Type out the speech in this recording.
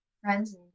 friends